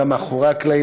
גם מאחורי הקלעים,